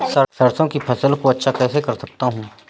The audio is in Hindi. सरसो की फसल को अच्छा कैसे कर सकता हूँ?